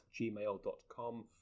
gmail.com